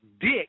Dick